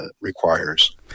requires